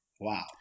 wow